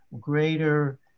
greater